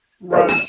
Run